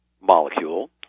molecule